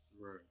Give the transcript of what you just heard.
Right